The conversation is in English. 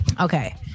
Okay